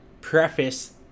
preface